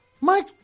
Mike